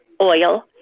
oil